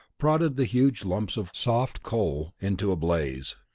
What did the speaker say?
prodded the huge lumps of soft coal into a blaze.